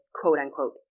quote-unquote